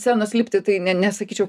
scenos lipti tai ne nesakyčiau